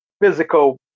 physical